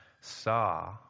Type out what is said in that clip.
saw